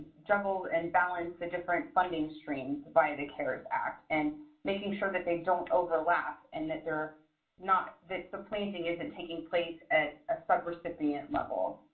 juggle and balance the different funding streams via the cares act, and making sure that they don't overlap, and that they're not that supplanting isn't taking place at a subrecipient level.